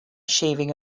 shaving